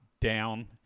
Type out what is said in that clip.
down